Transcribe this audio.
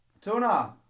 Tuna